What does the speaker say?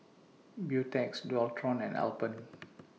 Beautex Dualtron and Alpen